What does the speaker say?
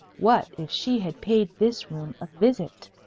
what if she had paid this room a visit?